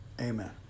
Amen